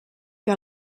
que